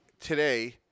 today